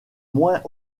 moins